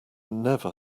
never